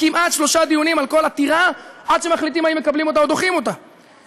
כמעט שלושה דיונים על כל עתירה עד שמחליטים אם מקבלים או דוחים אותה,